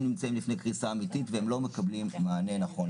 נמצאים לפני קריסה אמיתית והם לא מקבלים מענה נכון.